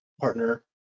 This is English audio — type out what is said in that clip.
partner